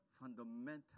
fundamental